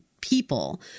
people